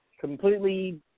Completely